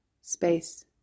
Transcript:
space